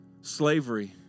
slavery